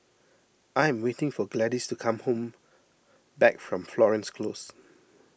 I am waiting for Gladys to come home back from Florence Close